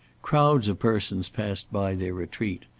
crowds of persons passed by their retreat.